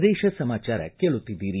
ಪ್ರದೇಶ ಸಮಾಚಾರ ಕೇಳುತ್ತಿದ್ದೀರಿ